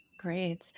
Great